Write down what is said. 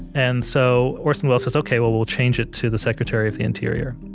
and so orson welles says, okay, well, we'll change it to the secretary of the interior.